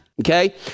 Okay